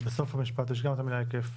בסוף המשפט יש גם את המילה היקף,